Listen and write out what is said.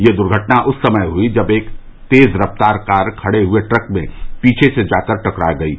यह दुर्घटना उस समय हुई जब एक तेज रफ्तार कार खड़े हुए ट्रक में पीछे से जाकर टकरा गयी